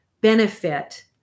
benefit